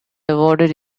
awarded